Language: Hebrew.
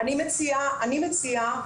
אני מציעה,